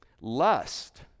lust